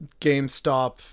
GameStop